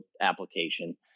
application